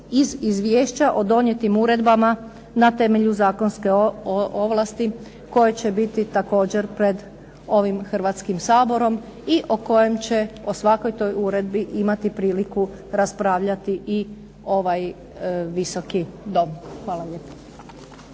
iz izvješća o donijetim uredbama na temelju zakonske ovlasti koje će biti također pred ovim Hrvatskim saborom i o kojem će o svakoj toj uredbi imati priliku raspravljati i ovaj Visoki dom. Hvala lijepo.